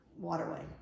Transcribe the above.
Waterway